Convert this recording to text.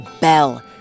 bell